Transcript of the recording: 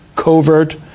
Covert